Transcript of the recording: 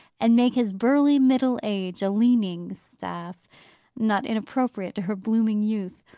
and make his burly middle age a leaning-staff not inappropriate to her blooming youth.